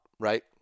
Right